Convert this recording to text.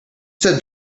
said